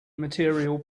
material